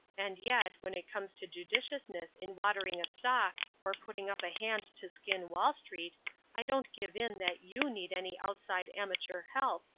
and yet, when it comes to judiciousness in watering a stock or putting up a hand to skin wall street i don't give in that you need any outside amateur help,